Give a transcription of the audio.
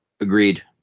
Agreed